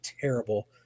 terrible